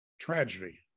tragedy